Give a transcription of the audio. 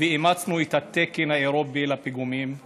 ואימצנו את התקן האירופי לפיגומים אצלנו.